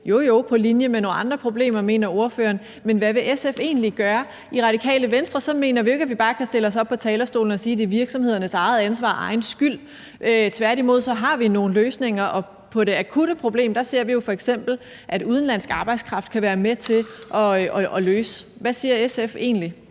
jo, jo, på linje med nogle andre problemer, mener ordføreren. Men hvad vil SF egentlig gøre? I Radikale Venstre mener vi jo ikke, at vi bare kan stille os op på talerstolen og sige, at det er virksomhedernes eget ansvar og egen skyld. Tværtimod har vi nogle løsninger. Vedrørende det akutte problem ser vi jo f.eks., at udenlandsk arbejdskraft kan være med til at løse det. Hvad siger SF egentlig?